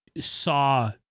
saw